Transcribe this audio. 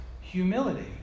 humility